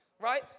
right